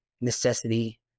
necessity